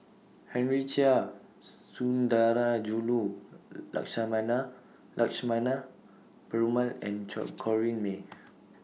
Henry Chia Sundarajulu Lakshmana Perumal and Corrinne May